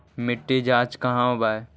मिट्टी जाँच कहाँ होव है?